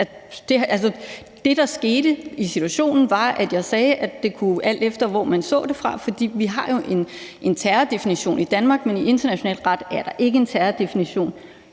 Det, der skete i situationen, var, at jeg sagde, at det kunne afhænge af, hvor man så det fra. For vi har jo en terrordefinition i Danmark, men i international ret er der ikke en terrordefinition.